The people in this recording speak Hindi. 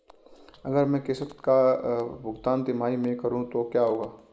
अगर मैं किश्त का भुगतान तिमाही में करूं तो क्या होगा?